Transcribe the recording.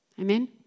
Amen